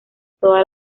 todas